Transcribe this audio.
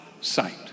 sight